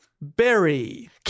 Berry